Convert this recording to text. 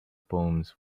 poems